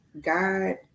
God